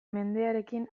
mendearekin